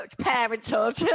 parenthood